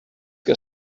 que